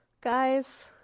Guys